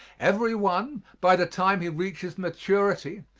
every one, by the time he reaches maturity,